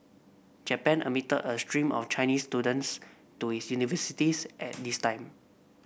Japan admitted a stream of Chinese students to its universities at this time